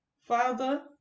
Father